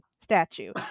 statue